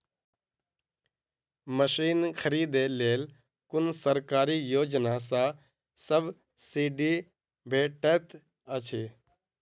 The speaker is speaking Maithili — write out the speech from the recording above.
मशीन खरीदे लेल कुन सरकारी योजना सऽ सब्सिडी भेटैत अछि?